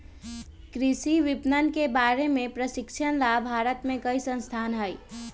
कृषि विपणन के बारे में प्रशिक्षण ला भारत में कई संस्थान हई